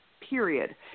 period